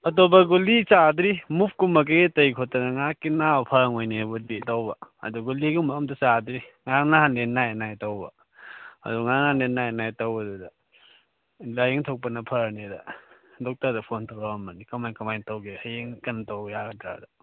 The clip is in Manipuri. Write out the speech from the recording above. ꯑꯇꯣꯞꯄ ꯒꯨꯂꯤ ꯆꯥꯗ꯭ꯔꯤ ꯃꯨꯕ ꯀꯨꯝꯕ ꯀꯩ ꯀꯩ ꯇꯩ ꯈꯣꯠꯇꯅ ꯉꯥꯏꯍꯥꯏꯀꯤ ꯅꯥꯕ ꯐꯥꯅꯤꯡꯉꯥꯏꯅꯦꯕꯨꯗꯤ ꯇꯧꯕ ꯑꯗꯣ ꯒꯨꯂꯤꯒꯨꯝꯕ ꯑꯝꯇ ꯆꯥꯗ꯭ꯔꯤ ꯉꯔꯥꯡ ꯅꯍꯥꯟꯗꯩ ꯅꯥꯏꯌꯦ ꯅꯥꯏꯌꯦ ꯇꯧꯕ ꯑꯗꯨ ꯉꯔꯥꯡꯗꯩ ꯅꯥꯏꯌꯦ ꯅꯥꯏꯌꯦ ꯇꯧꯕꯗꯨꯗ ꯂꯥꯏꯌꯦꯡꯊꯣꯛꯄꯅ ꯐꯔꯅꯦꯗ ꯗꯣꯛꯇꯔꯗꯅ ꯐꯣꯟ ꯇꯧꯔꯛꯑꯝꯕꯅꯤ ꯀꯃꯥꯏ ꯀꯃꯥꯏꯅ ꯇꯧꯒꯦ ꯍꯌꯦꯡ ꯀꯩꯅꯣ ꯇꯧꯕ ꯌꯥꯒꯗ꯭ꯔꯥ